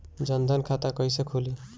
जनधन खाता कइसे खुली?